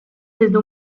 desde